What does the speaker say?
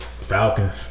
Falcons